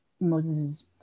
Moses